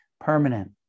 permanent